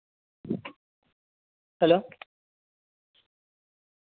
hello